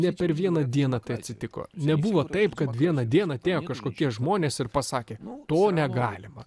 ne per vieną dieną tai atsitiko nebuvo taip kad vieną dieną atėjo kažkokie žmonės ir pasakė to negalima